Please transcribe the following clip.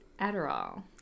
Adderall